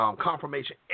Confirmation